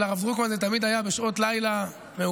אצל הרב דרוקמן זה תמיד היה בשעות לילה מאוחרות,